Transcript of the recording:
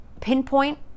pinpoint